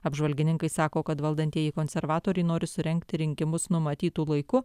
apžvalgininkai sako kad valdantieji konservatoriai nori surengti rinkimus numatytu laiku